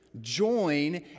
join